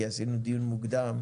כי עשינו דיון בשעה מוקדמת